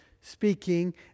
speaking